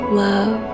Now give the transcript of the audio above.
love